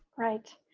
right.